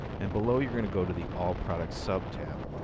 and below, you're going to go to the all products sub-tab.